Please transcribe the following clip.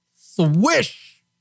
Swish